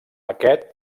aquest